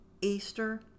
Easter